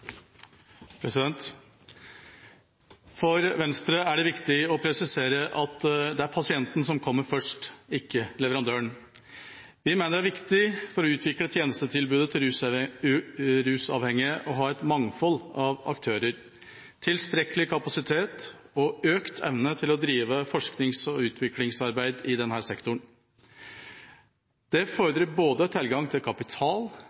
det viktig å presisere at det er pasienten som kommer først, ikke leverandøren. Vi mener at for å utvikle tjenestetilbudet til rusavhengige er det viktig å ha et mangfold av aktører, tilstrekkelig kapasitet og økt evne til å drive forsknings- og utviklingsarbeid innen sektoren. Dette fordrer tilgang på kapital